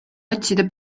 otsida